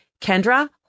Kendra